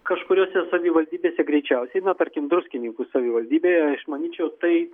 kažkuriose savivaldybėse greičiausiai na tarkim druskininkų savivaldybėje aš manyčiau tai